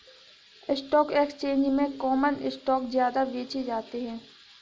stock exchange में common stock ज्यादा बेचे जाते है